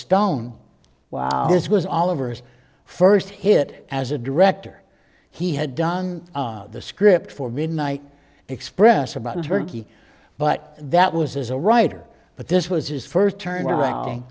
stone wow this was all over his first hit as a director he had done the script for midnight express about turkey but that was as a writer but this was his first turn around